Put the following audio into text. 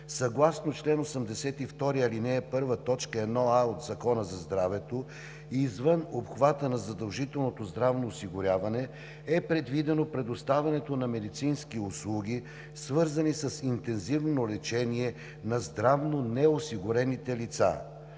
Съгласно чл. 82, ал. 1, т. 1а от Закона за здравето и извън обхвата на задължителното здравно осигуряване е предвидено предоставянето на медицински услуги, свързани с интензивно лечение на здравно неосигурените лица.